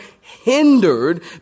hindered